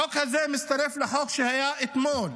החוק הזה מצטרף לחוק שהיה אתמול